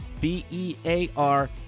b-e-a-r